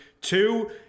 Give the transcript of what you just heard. Two